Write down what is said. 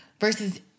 versus